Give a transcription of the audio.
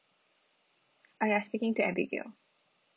uh you're speaking to abigail